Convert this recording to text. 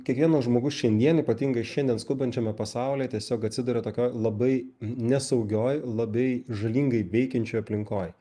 kiekvienas žmogus šiandien ypatingai šiandien skubančiame pasaulyje tiesiog atsiduria tokioj labai nesaugioj labai žalingai veikiančioj aplinkoj